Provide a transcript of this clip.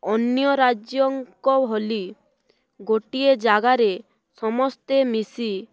ଅନ୍ୟ ରାଜ୍ୟଙ୍କ ଭଳି ଗୋଟିଏ ଜାଗାରେ ସମସ୍ତେ ମିଶି